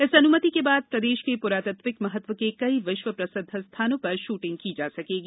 इस अनुमति के बाद प्रदेश के पुरातात्विक महत्व के कई विश्व प्रसिद्ध स्थानों पर शूटिंग की जा सकेगी